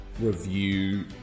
review